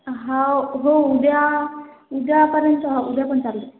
हो हो उद्या उद्यापर्यंत हो उद्या पण चालेल